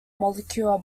molecular